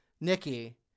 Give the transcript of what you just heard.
Nikki